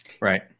Right